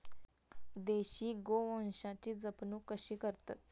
देशी गोवंशाची जपणूक कशी करतत?